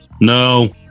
No